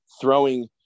throwing